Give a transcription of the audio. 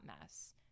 mess